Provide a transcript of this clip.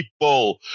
people